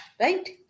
right